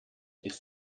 ist